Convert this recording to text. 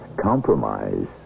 compromise